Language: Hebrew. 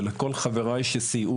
ולכל חבריי שסייעו,